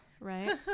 right